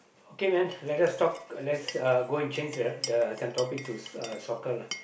okay man let us talk let's uh go and change the the some topic uh to soccer lah